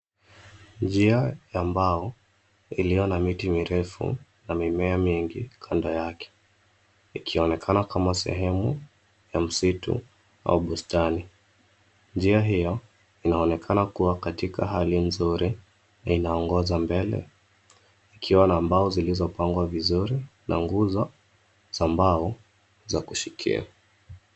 Njia ya mbao iliona miti mirefu na mimea mingi kando yake, ikionekana kama sehemu ya msitu au bustani. Njia hiyo inaonekana kuwa katika hali nzuri inaongoza mbele, ikiwa na mbao zilizopagwa vizuri, na nguzo za mbao za kushikiri.